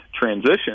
transition